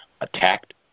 attacked